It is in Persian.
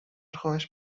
خواهش